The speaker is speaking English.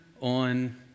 on